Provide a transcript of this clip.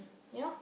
you know